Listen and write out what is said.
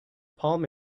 palm